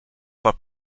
but